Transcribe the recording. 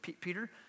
Peter